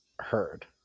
Heard